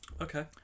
Okay